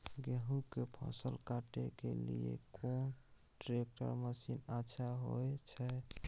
गेहूं के फसल काटे के लिए कोन ट्रैक्टर मसीन अच्छा होय छै?